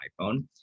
iphone